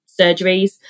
surgeries